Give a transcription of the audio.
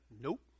Nope